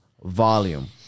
volume